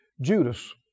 Judas